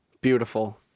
Beautiful